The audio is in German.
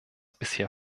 bisher